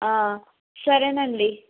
సరేనండి